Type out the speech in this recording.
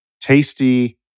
tasty